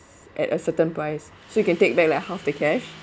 at a certain price so you can take back like half the cash